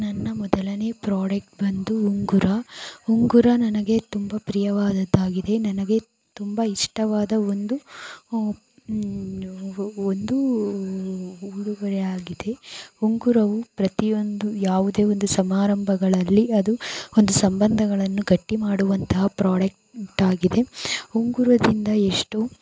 ನನ್ನ ಮೊದಲನೇ ಪ್ರಾಡಕ್ಟ್ ಬಂದು ಉಂಗುರ ಉಂಗುರ ನನಗೆ ತುಂಬ ಪ್ರಿಯವಾದದ್ದಾಗಿದೆ ನನಗೆ ತುಂಬ ಇಷ್ಟವಾದ ಒಂದು ಒಂದು ಉಡುಗೊರೆಯಾಗಿದೆ ಉಂಗುರವು ಪ್ರತಿಯೊಂದು ಯಾವುದೇ ಒಂದು ಸಮಾರಂಭಗಳಲ್ಲಿ ಅದು ಒಂದು ಸಂಬಂಧಗಳನ್ನು ಗಟ್ಟಿಮಾಡುವಂತಹ ಪ್ರಾಡಕ್ಟ್ ಆಗಿದೆ ಉಂಗುರದಿಂದ ಎಷ್ಟು